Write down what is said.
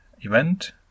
event